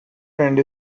trend